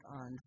on